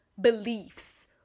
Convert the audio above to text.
beliefs